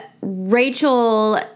Rachel